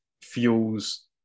fuels